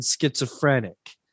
schizophrenic